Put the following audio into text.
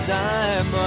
time